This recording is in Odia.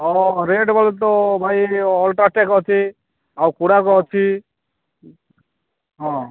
ହଁ ହଁ ରେଟ୍ ବୋଲେ ତ ଭାଇ ଅଲଟା ଚେକ୍ ଅଛେ ଆଉ ଅଛି ହଁ